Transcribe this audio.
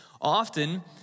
often